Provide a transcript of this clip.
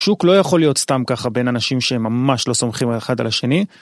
שוק לא יכול להיות סתם ככה בין אנשים שהם ממש לא סומכים האחד על השני.